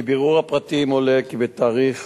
מבירור הפרטים עולה כי בתאריך